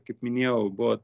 kaip minėjau buvo